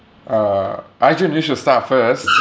uh arjun you should start first